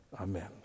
Amen